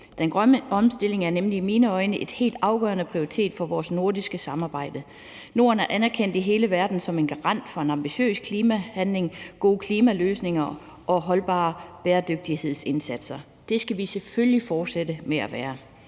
Den grønne omstilling er nemlig i mine øjne en helt afgørende prioritet for vores nordiske samarbejde. Norden er anerkendt i hele verden som en garant for en ambitiøs klimahandling, gode klimaløsninger og holdbare bæredygtighedsindsatser. Det skal vi selvfølgelig fortsætte med at være.